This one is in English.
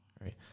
right